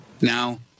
Now